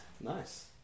Nice